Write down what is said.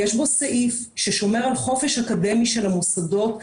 יש בו סעיף ששומר על חופש אקדמי של המוסדות.